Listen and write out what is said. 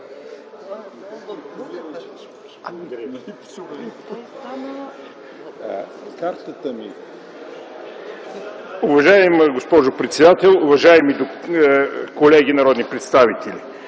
Уважаема госпожо председател, уважаеми колеги народни представители!